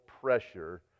pressure